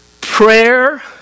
Prayer